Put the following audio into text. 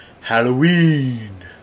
Halloween